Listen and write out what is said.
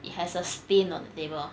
it has a spin on the table